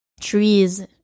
trees